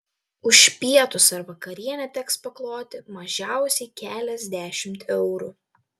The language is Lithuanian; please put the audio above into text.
už pietus ar vakarienę teks pakloti mažiausiai keliasdešimt eurų